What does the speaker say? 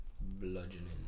bludgeoning